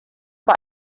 bei